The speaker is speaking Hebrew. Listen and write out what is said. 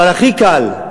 אבל הכי קל,